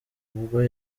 ubwo